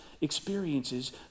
experiences